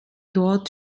dort